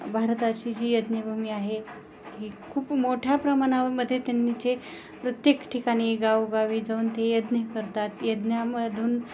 भारताची जी यज्ञभूमी आहे ही खूप मोठ्या प्रमाणामध्ये त्यांनी जे प्रत्येक ठिकाणी गावोगावी जाऊन ते यज्ञ करतात यज्ञामधून